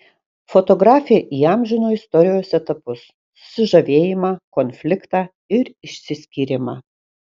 fotografė įamžino istorijos etapus susižavėjimą konfliktą ir išsiskyrimą